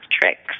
tricks